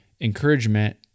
encouragement